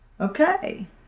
Okay